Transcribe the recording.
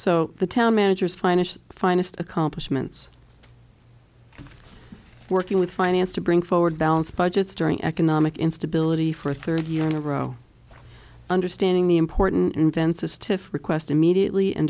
so the town manager's finest finest accomplishments working with finance to bring forward balanced budgets during economic instability for a third year in a row understanding the important invensys to request immediately and